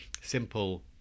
simple